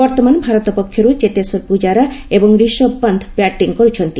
ବର୍ତ୍ତମାନ ଭାରତ ପକ୍ଷରୁ ଚେତେଶ୍ୱର ପୂଜାରା ଏବଂ ରିଷଭ୍ ପନ୍ଥ ବ୍ୟାଟିଂ କରୁଛନ୍ତି